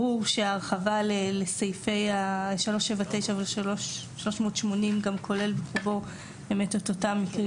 ברור שההרחבה לסעיף 379 ול-380 גם כולל בחובו את אותם מקרים